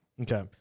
Okay